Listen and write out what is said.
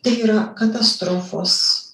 tai yra katastrofos